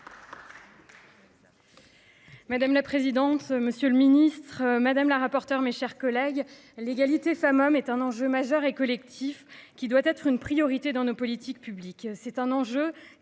Madame la présidente, monsieur le ministre, madame la rapporteure, mes chers collègues, l'égalité femme-homme est un enjeu majeur et collectif qui doit être une priorité dans nos politiques publiques. C'est un enjeu